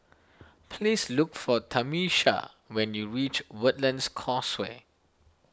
please look for Tamisha when you reach Woodlands Causeway